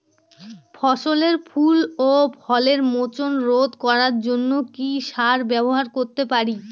ফসলের ফুল ও ফলের মোচন রোধ করার জন্য কি সার ব্যবহার করতে পারি?